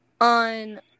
on